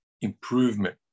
improvement